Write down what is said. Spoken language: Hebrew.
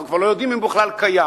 אנחנו כבר לא יודעים אם הוא בכלל קיים.